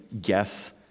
guess